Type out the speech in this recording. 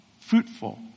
fruitful